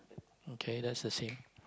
okay that's the same